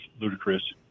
ludicrous